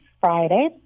Friday